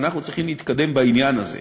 ואנחנו צריכים להתקדם בעניין הזה.